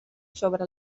sobre